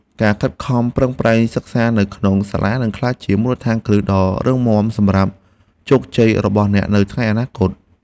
ការខិតខំប្រឹងប្រែងសិក្សានៅក្នុងសាលានឹងក្លាយជាមូលដ្ឋានគ្រឹះដ៏រឹងមាំសម្រាប់ជោគជ័យរបស់អ្នកនៅថ្ងៃអនាគត។